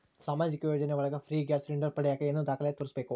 ಸಾಮಾಜಿಕ ಯೋಜನೆ ಒಳಗ ಫ್ರೇ ಗ್ಯಾಸ್ ಸಿಲಿಂಡರ್ ಪಡಿಯಾಕ ಏನು ದಾಖಲೆ ತೋರಿಸ್ಬೇಕು?